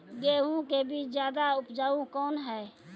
गेहूँ के बीज ज्यादा उपजाऊ कौन है?